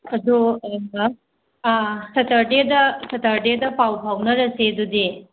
ꯑꯗꯣ ꯑꯥ ꯁꯇꯔꯗꯦꯗ ꯁꯇꯔꯗꯦꯗ ꯄꯥꯎ ꯐꯥꯎꯅꯔꯁꯦ ꯑꯗꯨꯗꯤ